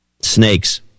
Snakes